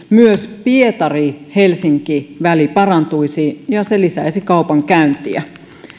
myös pietari helsinki väli parantuisi ja se lisäisi kaupankäyntiä